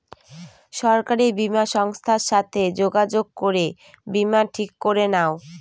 সরকারি বীমা সংস্থার সাথে যোগাযোগ করে বীমা ঠিক করে নাও